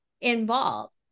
involved